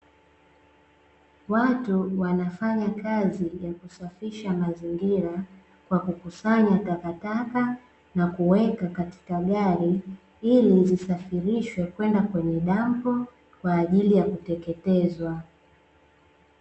Watu wanafanya kazi ya kusafisha mazingira kwa kukusanya takataka na kuweka katika gari ili zisafirishwe kwenda kwenye dampo kwa ajili ya kuteketezwa.